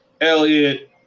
Elliott